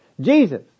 Jesus